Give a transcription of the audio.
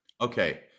Okay